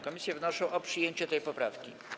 Komisje wnoszą o przyjęcie tej poprawki.